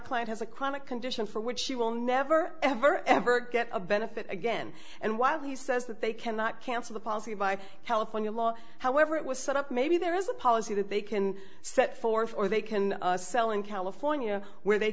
client has a chronic condition for which she will never ever ever get a benefit again and while he says that they cannot cancel the policy by telephone the law however it was set up maybe there is a policy that they can set forth or they can sell in california where they